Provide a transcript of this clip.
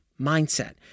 mindset